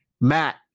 Matt